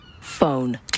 phone